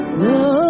Love